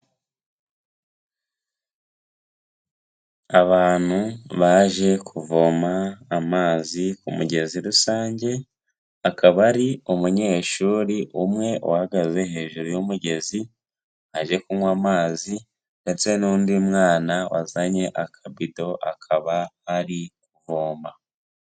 Abantu baje kuvoma amazi ku mugezi rusange, akaba ari umunyeshuri umwe uhagaze hejuru y'umugezi aje kunywa amazi, ndetse n'undi mwana wazanye akabido akaba ari kuvoma.